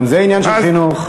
גם זה עניין של חינוך.